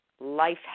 life